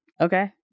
Okay